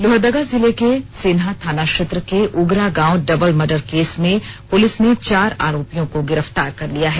लोहरदगा जिला के सेन्हा थाना क्षेत्र के उगरा गांव डबल मर्डर केस में पुलिस ने चार आरोपियों को गिरफ्तार कर लिया है